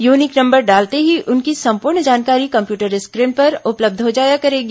unique number डालते ही उनकी संपूर्ण जानकारी कम्प्यूटर स्क्रीन पर उपलब्ध हो जाया करेगी